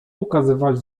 ukazywać